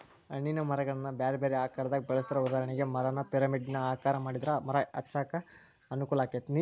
ಹಣ್ಣಿನ ಮರಗಳನ್ನ ಬ್ಯಾರ್ಬ್ಯಾರೇ ಆಕಾರದಾಗ ಬೆಳೆಸ್ತಾರ, ಉದಾಹರಣೆಗೆ, ಮರಾನ ಪಿರಮಿಡ್ ಆಕಾರ ಮಾಡಿದ್ರ ಮರ ಹಚ್ಚಾಕ ಅನುಕೂಲಾಕ್ಕೆತಿ